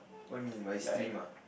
what you mean by stream ah